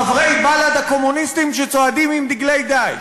חברי בל"ד הקומוניסטים שצועדים עם דגלי "דאעש"